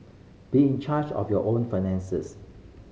be in charge of your own finances